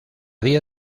día